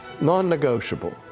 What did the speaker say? non-negotiable